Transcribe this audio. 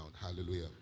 Hallelujah